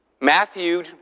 Matthew